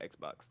Xbox